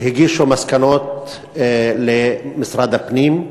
והגישו מסקנות למשרד הפנים.